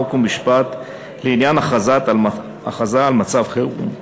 חוק ומשפט לעניין הכרזה על מצב חירום,